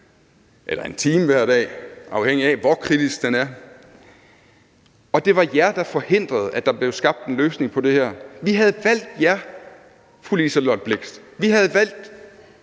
eller 1 time hver dag, afhængigt af hvor kritisk den er – og det var jer, der forhindrede, at der blev skabt en løsning på det her. Vi havde valgt jer, fru Liselott Blixt og fru Zenia